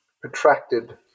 protracted